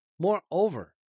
Moreover